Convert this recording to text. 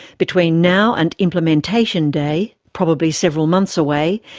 between now and implementation day, probably several months away,